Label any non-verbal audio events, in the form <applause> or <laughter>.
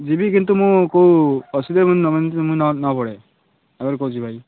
ଯିବି କିନ୍ତୁ ମୁଁ କେଉଁ ଅସୁବିଧାରେ <unintelligible> ନ ନ ପଡ଼େ ଆଗରୁ କହୁଛି ଭାଇ